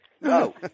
No